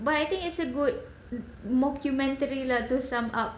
but I think it's a good mockumentary lah to sum up